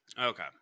Okay